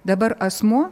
dabar asmuo